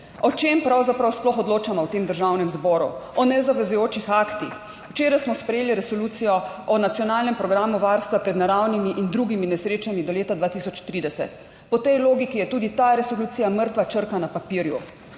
O čem pravzaprav sploh odločamo v tem Državnem zboru? O nezavezujočih aktih. Včeraj smo sprejeli resolucijo o nacionalnem programu varstva pred naravnimi in drugimi nesrečami do leta 2030. Po tej logiki je tudi ta resolucija mrtva črka na papirju.